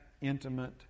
intimate